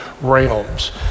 realms